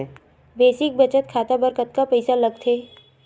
Basic बचत खाता बर कतका पईसा लगथे?